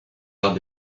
arts